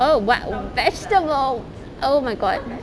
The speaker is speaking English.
oh what vegetables oh my god